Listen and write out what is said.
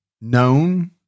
known